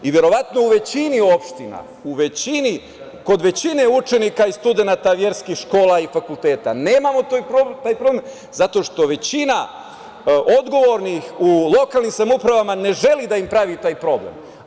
I verovatno u većini opština, kod većine učenika i studenata verskih škola i fakulteta nemamo taj problem, zato što većina odgovornih u lokalnim samoupravama ne želi da im pravi taj problem.